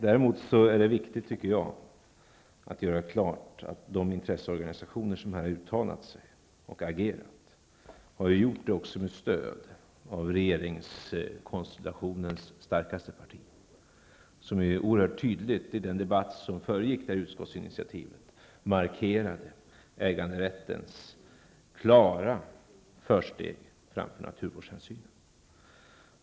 Däremot är det viktigt, tycker jag, att göra klart att de intresseorganisationer som här uttalat sig och agerat har gjort det också med stöd av regeringskonstellationens starkaste parti, som i den debatt som föregick utskottsinitiativet oerhört tydligt markerade äganderättens klara försteg framför naturvårdshänsynen.